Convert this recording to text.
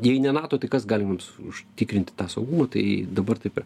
jei ne nato tai kas gali mums užtikrinti tą saugumą tai dabar taip ir